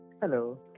Hello